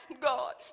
God